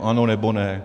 Ano, nebo ne.